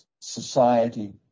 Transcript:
society